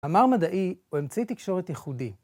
מאמר מדעי הוא אמצעי תקשורת ייחודי.